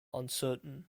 uncertain